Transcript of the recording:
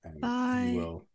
Bye